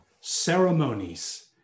ceremonies